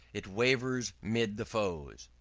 it wavered mid the foes.